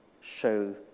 show